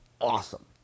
awesome